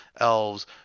elves